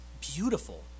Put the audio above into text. beautiful